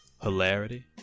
hilarity